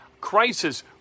crisis